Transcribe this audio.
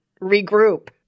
regroup